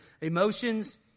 emotions